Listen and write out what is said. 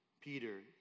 Peter